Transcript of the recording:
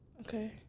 Okay